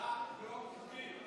ההצבעה לא חוקית.